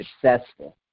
successful